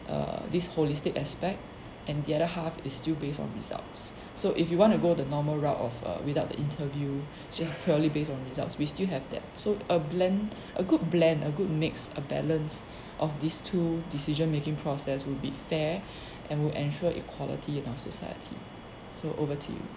err this holistic aspect and the other half is still based on results so if you want to go the normal route of err without the interview just purely based on results we still have that so a blend a good blend a good mix a balance of these two decision making process will be fair and will ensure equality in our society so over to you